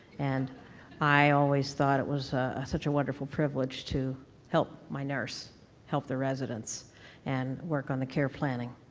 and i always thought it was such a wonderful privilege to help my nurse help the residents and work on the care planning.